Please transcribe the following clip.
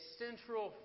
central